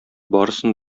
барысын